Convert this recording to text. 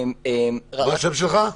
בבקשה.